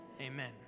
amen